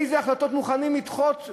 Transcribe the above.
איזה החלטות מוכנים לדחות,